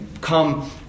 come